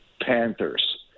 Panthers